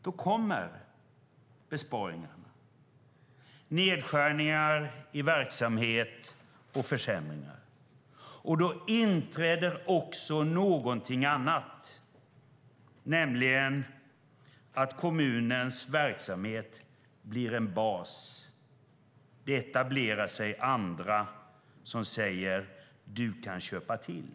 Då kommer besparingar, nedskärningar i verksamheter och försämringar. Och då inträder också någonting annat, nämligen att kommunens verksamhet blir en bas och andra etablerar sig och säger: Du kan köpa till.